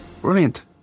brilliant